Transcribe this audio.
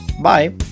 Bye